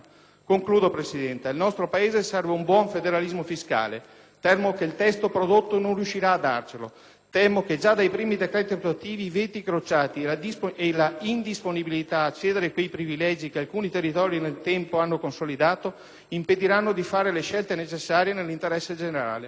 Concludo Presidente, al nostro Paese serve un buon federalismo fiscale. Temo che il testo prodotto non riuscirà a darcelo. Temo che già dai primi decreti attuativi i veti incrociati e la indisponibilità a cedere quei privilegi che alcuni territori nel tempo hanno consolidato impediranno di fare le scelte necessarie all'interesse generale.